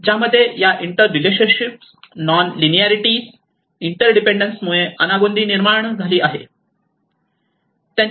ज्यामुळे या inter relationship non linearity inter independence मुळे अनागोंदी निर्माण झालेली आहे